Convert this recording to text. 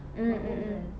mm mm mm